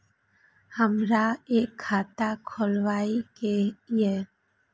हमरा एक खाता खोलाबई के ये?